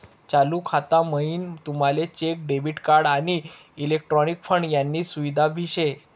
चालू खाता म्हाईन तुमले चेक, डेबिट कार्ड, आणि इलेक्ट्रॉनिक फंड यानी सुविधा भी शे